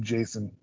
Jason